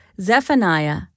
Zephaniah